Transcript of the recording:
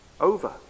over